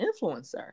influencer